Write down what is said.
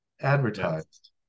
advertised